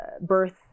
birth